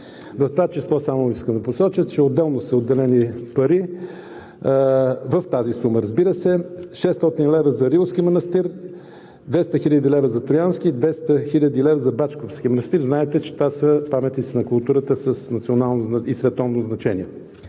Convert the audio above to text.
г. В това число само искам да посоча, че са отделени пари, в тази сума, разбира се, 600 000 лв. за Рилския манастир, 200 000 лв. за Троянския манастир и 200 000 лв. за Бачковския манастир. Знаете, че това са паметници на културата с национално и световно значение.